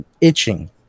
itching